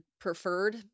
preferred